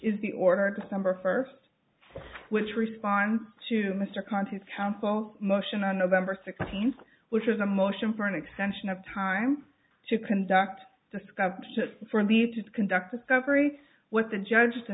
is the order of december first which responds to mr conti's counsel's motion on november sixteenth which is a motion for an extension of time to conduct described for leave to conduct discovery with the judge to